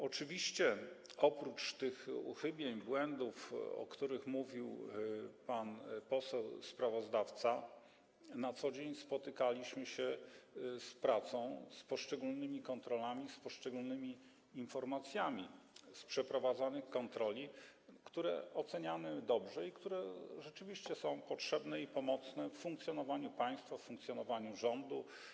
Oczywiście oprócz tych uchybień, błędów, o których mówił pan poseł sprawozdawca, na co dzień spotykaliśmy się z pracą, z poszczególnymi kontrolami, z poszczególnymi informacjami z przeprowadzanych kontroli, które oceniamy dobrze i które rzeczywiście są potrzebne i pomocne w funkcjonowaniu państwa, w funkcjonowaniu rządu.